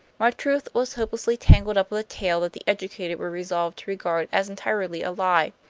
my truth was hopelessly tangled up with a tale that the educated were resolved to regard as entirely a lie.